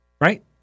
Right